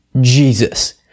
Jesus